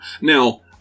Now